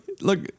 look